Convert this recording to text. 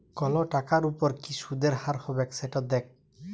call টাকার উপর কি সুদের হার হবেক সেট দ্যাখাত